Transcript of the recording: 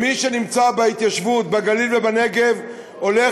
מי שנמצא בהתיישבות בגליל ובנגב הולך